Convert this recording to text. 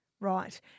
Right